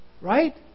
Right